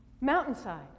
Mountainside